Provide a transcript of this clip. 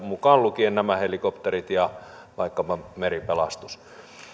mukaan lukien nämä helikopterit ja vaikkapa meripelastus